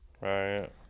Right